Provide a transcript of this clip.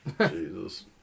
Jesus